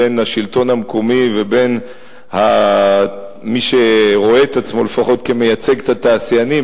בין השלטון המקומי ובין מי שרואה את עצמו לפחות כמייצג את התעשיינים,